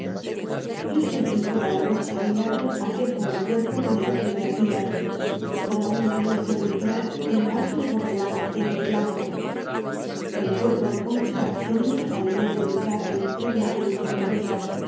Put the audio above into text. yo sentí toda la noche á mi lado aquel po bre cuerpo donde la fiebre ardía como una luz sepulcral en vaso de porcelana tenue y blanco el cuerpo de concha tenía la pali dez delicada y enferma de una